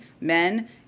men